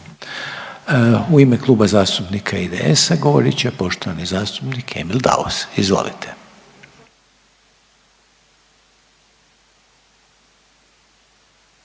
U ime Kluba zastupnika IDS-a govorit će poštovani zastupnik Emil Daus. Izvolite.